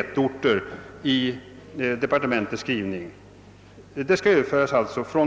stadsregionerna», i departementets referat använder man här begreppet »de större tätortsregionerna.